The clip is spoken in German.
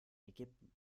ägypten